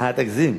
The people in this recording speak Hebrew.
אל תגזים.